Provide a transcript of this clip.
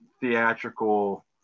theatrical